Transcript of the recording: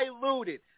diluted